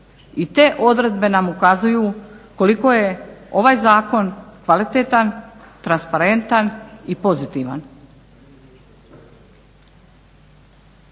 I te odredbe nam ukazuju koliko je ovaj zakon kvalitetan, transparentan i pozitivan.